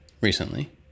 recently